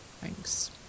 thanks